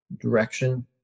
direction